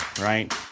right